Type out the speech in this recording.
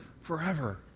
forever